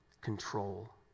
control